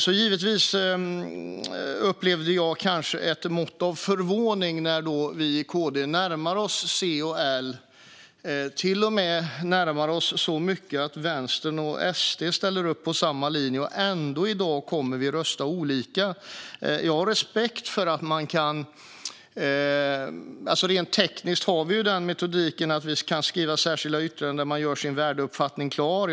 Givetvis upplevde jag kanske ett mått av förvåning när vi i KD då närmar oss C och L, till och med så mycket att Vänstern och SD ställer upp på samma linje, och vi ändå kommer att rösta olika. Rent tekniskt har vi ju möjligheten att skriva särskilda yttranden där man gör sin värdeuppfattning klar.